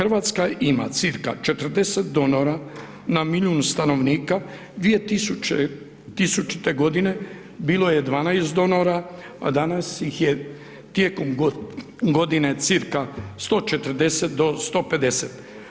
RH ima cca. 40 donora na milijun stanovnika, 2000.g. bilo je 12 donora, a danas ih je tijekom godine cca. 140 do 150.